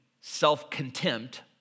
self-contempt